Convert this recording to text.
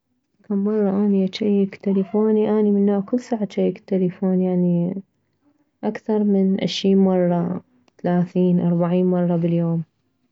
كم مرة اني اجيك تلفوني اني من نوع كلسع اجيك تلفوني يعني اكثر من عشرين مرة ثلاثين اربعين مرة باليوم